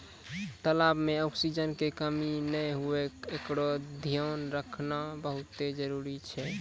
तलाब में ऑक्सीजन के कमी नै हुवे एकरोॅ धियान रखना बहुत्ते जरूरी छै